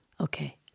okay